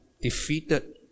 defeated